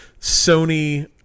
Sony